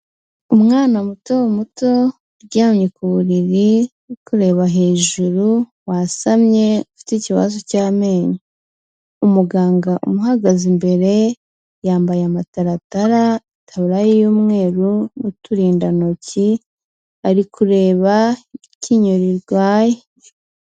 Umwana muto muto uryamye ku buriri uri kureba hejuru wasamye ufite ikibazo cy'amenyo. Umuganga umuhagaze imbere yambaye amataratara, itaburiya y'umweru n'uturindantoki ari kureba icyo arwaye.